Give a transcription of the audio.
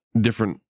different